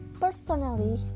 personally